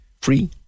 Free